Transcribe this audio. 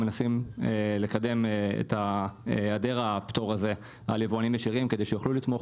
מנסים לקדם את היעדר הפטור הזה על יבואנים ישירים כדי שיוכלו לתמוך